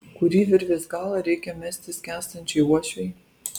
kurį virvės galą reikia mesti skęstančiai uošvei